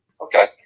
Okay